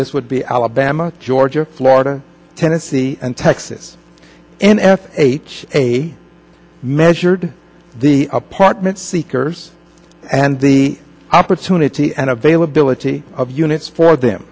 this would be alabama georgia florida tennessee and texas n f h a measured the apartment seekers and the opportunity and availability of units for them